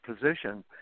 position